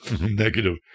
negative